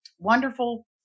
wonderful